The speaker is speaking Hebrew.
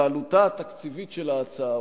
ועלותה התקציבית של ההצעה,